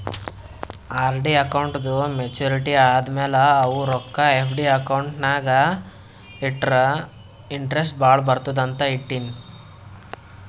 RD ಅಕೌಂಟ್ದೂ maturity ಆದಮ್ಯಾಲ ಅವು ರೊಕ್ಕಾ ಎಫ್.ಡಿ ಅಕೌಂಟ್ ನಾಗ್ ಇಟ್ಟುರ ಇಂಟ್ರೆಸ್ಟ್ ಭಾಳ ಬರ್ತುದ ಅಂತ್ ಇಟ್ಟೀನಿ